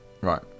Right